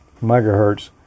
megahertz